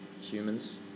humans